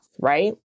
right